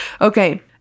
okay